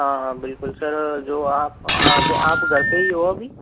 हाँ हाँ बिल्कुल सर जो आप हाँ तो आप घर पे ही हो अभी